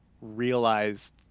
realized